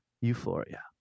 Euphoria